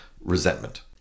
Resentment